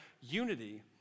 unity